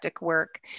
work